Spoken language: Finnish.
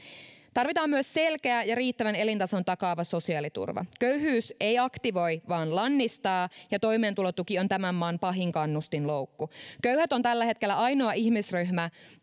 tarvitaan myös selkeä ja riittävän elintason takaava sosiaaliturva köyhyys ei aktivoi vaan lannistaa ja toimeentulotuki on tämän maan pahin kannustinloukku köyhät ovat tällä hetkellä ainoa ihmisryhmä